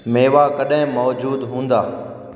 मेवा कॾहिं मौज़ूदु हूंदा